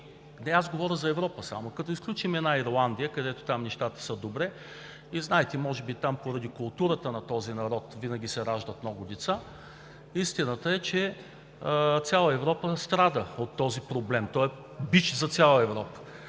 Не, аз говоря само за Европа. Като изключим една Ирландия, където там нещата са добре, и знаете, може би там поради културата на този народ, винаги се раждат много деца, истината е, че цяла Европа страда от този проблем. Той е бич за цяла Европа.